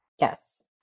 Yes